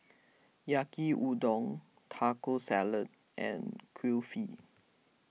Yaki Udon Taco Salad and Kulfi